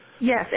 Yes